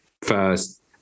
First